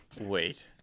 Wait